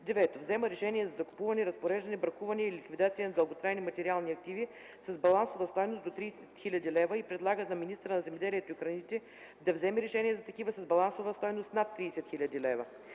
9. взема решения за закупуване, разпореждане, бракуване или ликвидация на дълготрайни материални активи с балансова стойност до 30 000 лв. и предлага на министъра на земеделието и храните да вземе решение за такива с балансова стойност над 30 000 лв.;